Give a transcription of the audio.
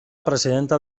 presidenta